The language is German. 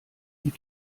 die